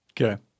Okay